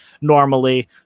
normally